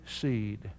seed